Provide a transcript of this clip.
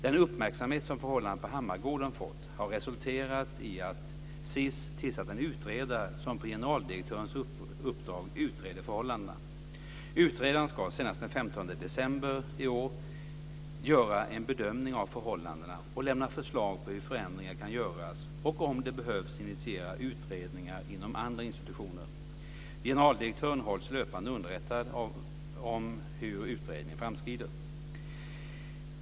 Den uppmärksamhet som förhållandena på Hammargården fått har resulterat i att SiS tillsatt en utredare som på generaldirektörens uppdrag utreder förhållandena. Utredaren ska senast den 15 december i år göra en bedömning av förhållandena och lämna förslag på hur förändringar kan göras och om det behövs initiera utredning inom andra institutioner. Generaldirektören hålls löpande underrättad om hur utredningen framskrider.